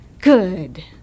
Good